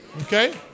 Okay